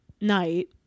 night